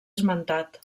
esmentat